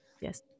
yes